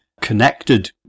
connected